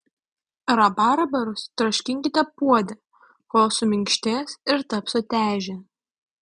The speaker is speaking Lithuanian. rabarbarus troškinkite puode kol suminkštės ir taps sutežę